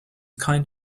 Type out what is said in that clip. kind